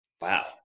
Wow